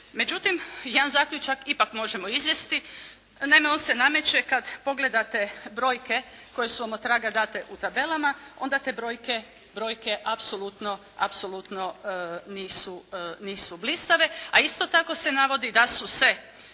Međutim jedan zaključak ipak možemo izvesti. Naime on se nameće kad pogledate brojke koje su vam otraga date u tabelama. Onda te brojke apsolutno nisu blistave. A isto tako se navodi da su se